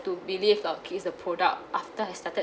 to believe about it's the product after I started